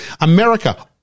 America